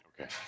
Okay